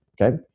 Okay